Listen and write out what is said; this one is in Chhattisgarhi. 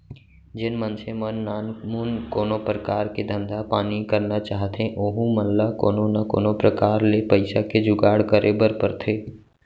जेन मनसे मन नानमुन कोनो परकार के धंधा पानी करना चाहथें ओहू मन ल कोनो न कोनो प्रकार ले पइसा के जुगाड़ करे बर परथे